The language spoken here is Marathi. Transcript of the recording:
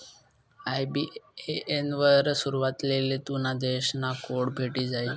आय.बी.ए.एन वर सुरवातलेच तुना देश ना कोड भेटी जायी